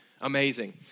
Amazing